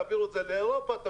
תעבירו את זה לאירופה.